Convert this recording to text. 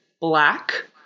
black